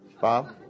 Bob